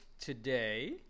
today